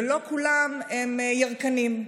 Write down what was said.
ולא כולם הם ירקנים,